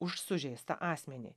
už sužeistą asmenį